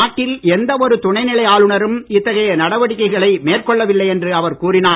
நாட்டில் எந்த ஒரு துணைநிலை ஆளுநரும் இத்தகைய நடவடிக்கைகளை மேற்கொள்ளவில்லை என்று அவர் கூறினார்